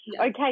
Okay